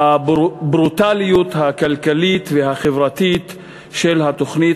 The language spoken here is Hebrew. לברוטליות הכלכלית והחברתית של התוכנית